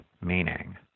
meaning